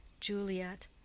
Juliet